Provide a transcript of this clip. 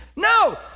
No